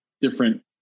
different